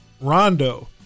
Rondo